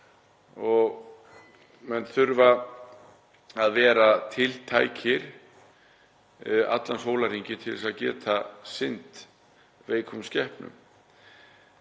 og menn þurfa að vera tiltækir allan sólarhringinn til að geta sinnt veikum skepnum.